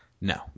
No